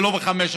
ולא בחמש הקרובות.